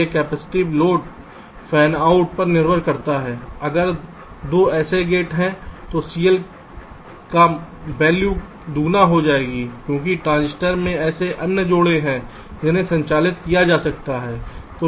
तो यह capacitive load fan out पर निर्भर करता है अगर 2 ऐसे गेट हैं तो CL का वैल्यू दोगुना हो जाएगी क्योंकि ट्रांजिस्टर के ऐसे अन्य जोड़े हैं जिन्हें संचालित किया जा रहा है